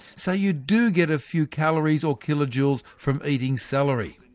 so you do get a few calories or kilojoules from eating celery.